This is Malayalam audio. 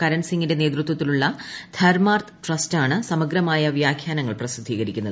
കരൺസിങ്ങിന്റെ നേതൃത്വത്തിലുള്ള ധർമാർത്ഥ് ട്രസ്റ്റാണ് സമഗ്രമായ വ്യാഖ്യാനങ്ങൾ പ്രസിദ്ധീകരിക്കുന്നത്